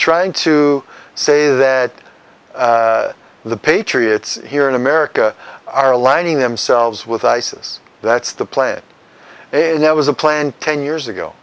trying to say that the patriots here in america are aligning themselves with isis that's the plan and there was a plan ten years ago